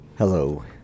Hello